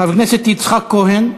חבר הכנסת יצחק כהן,